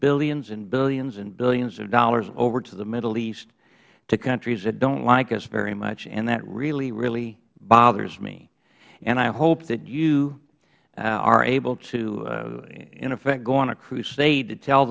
billions and billions and billions of dollars over to the middle east to countries that don't like us very much and that really really bothers me and i hope that you are able to in effect go on a crusade to tell